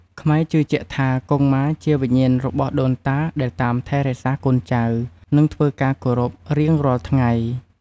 ខ្មែរជឿជាក់ថាកុងម៉ាជាវិញ្ញាណរបស់ដូនតាដែលតាមថែរក្សាកូនចៅ និងធ្វើការគោរពរៀងរាល់ថ្ងៃ។